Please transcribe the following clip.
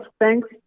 thanks